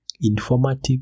informative